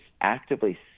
actively